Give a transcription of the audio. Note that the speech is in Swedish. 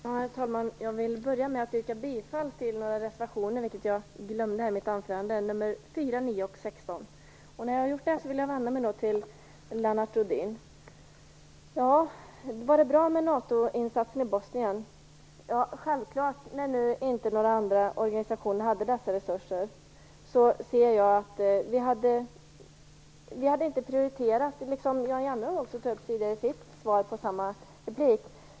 Herr talman! Jag vill börja med att yrka bifall till reservationerna nr 4, 9 och 16, vilket jag glömde i mitt anförande. Lennart Rohdin frågade om det var bra med NATO-insatsen i Bosnien. Ja, det var självfallet bra, när inte några andra organisationer hade dessa resurser. Vi hade inte prioriterat det, som Jan Jennehag tog upp i en replik.